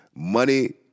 Money